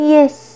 Yes